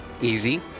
easy